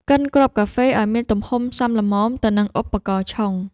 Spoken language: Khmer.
កិនគ្រាប់កាហ្វេឱ្យមានទំហំសមស្របទៅនឹងឧបករណ៍ឆុង។